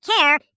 care